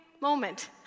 moment